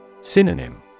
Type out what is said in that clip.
Synonym